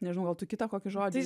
nežinau gal tu kitą kokį žodį